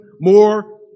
more